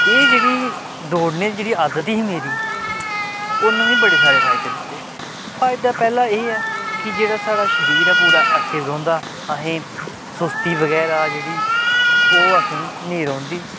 एह् जेह्ड़ी दौड़ने दी जेह्ड़ी आदत ही मेरी उन्नै मिगी बड़े सारे फायदे दित्ते फायदा पैह्ला एह् ऐ कि जेह्ड़ा साढ़ा शरीर ऐ पूरा ऐक्टिव रौंह्दा असें सुस्ती बगैरा जेह्ड़ी ओह् असेंगी नेईं रौंह्दी